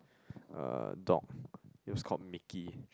uh dog it was called Mickey